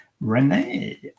Renee